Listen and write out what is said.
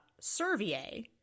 Servier